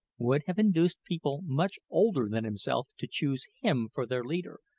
would have induced people much older than himself to choose him for their leader,